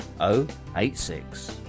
086